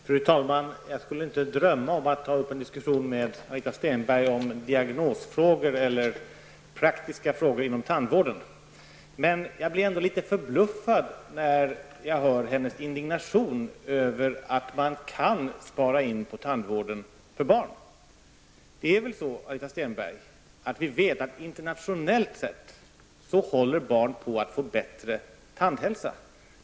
Fru talman! Jag skulle inte drömma om att ta upp en diskussion med Anita Stenberg om diagnosfrågor eller praktiska frågor inom tandvården. Jag måste ändå säga att jag är litet förbluffad över Anita Stenbergs indignation över att man kan spara in på tandvården för barn. Internationellt sett är det ju så, att barn börjar få en bättre tandhälsa.